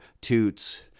Toots